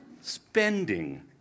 spending